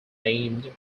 named